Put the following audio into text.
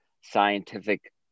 scientific